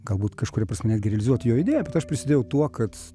galbūt kažkuria prasme realizuot jo idėją aš prisidėjau tuo kad